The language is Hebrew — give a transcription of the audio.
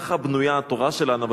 ככה בנויה התורה שלנו.